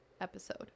episode